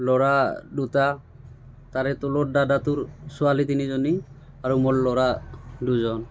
ল'ৰা দুটা তাৰে তলৰ দাদাটোৰ ছোৱালী তিনিজনী আৰু মোৰ ল'ৰা দুজন